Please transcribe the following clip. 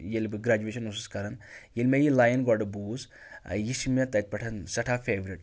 ییٚلہِ بہٕ گرٛیجویشَن اوسُس کَران ییٚلہِ مےٚ یہِ لایِن گۄڈٕ بوٗز یہِ چھِ مےٚ تَتہِ پٮ۪ٹھ سٮ۪ٹھاہ فیورِٹ